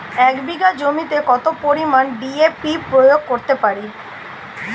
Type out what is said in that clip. এক বিঘা জমিতে কত পরিমান ডি.এ.পি প্রয়োগ করতে পারি?